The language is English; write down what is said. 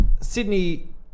Sydney